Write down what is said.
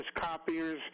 copiers